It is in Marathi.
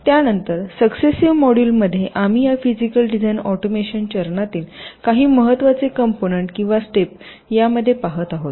त्यानंतर सक्सेसिव्ह मॉड्यूलमध्ये आम्ही या फिजीकल डिझाइन ऑटोमेशन चरणातील काही महत्त्वाचे कंपोनंट किंवा स्टेप यामध्ये पहात आहोत